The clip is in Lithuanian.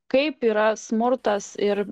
kaip yra smurtas ir